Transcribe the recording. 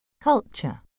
Culture